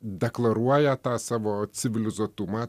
deklaruoja tą savo civilizuotumą